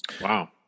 Wow